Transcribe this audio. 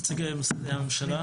נציגי משרדי הממשלה.